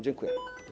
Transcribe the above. Dziękuję.